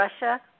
Russia